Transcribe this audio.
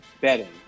betting